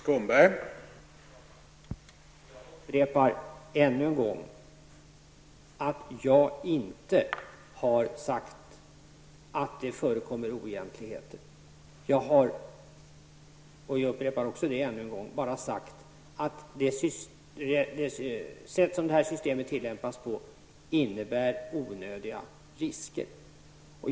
Herr talman! Jag upprepar ännu en gång att jag inte har sagt att det förekommer oegentligheter. Jag har, och jag uppepar även det, bara sagt att det sätt på vilket detta system tillämpas innebär onödiga risker.